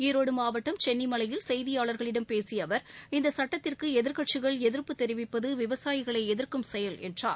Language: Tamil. ஈரோடு மாவட்டம் சென்னிமலையில் செய்தியாளர்களிடம் பேசிய அவர் இந்த சுட்டத்திற்கு எதிர்கட்சிகள் எதிர்ப்பு தெரிவிப்பது விவசாயிகளை எதிர்க்கும் செயல் என்றார்